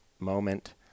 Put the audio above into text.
moment